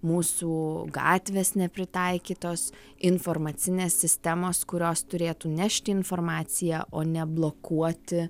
mūsų gatvės nepritaikytos informacinės sistemos kurios turėtų nešti informaciją o ne blokuoti